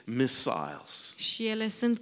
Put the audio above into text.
missiles